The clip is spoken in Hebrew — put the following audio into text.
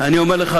אני אומר לך,